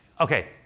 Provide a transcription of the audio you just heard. Okay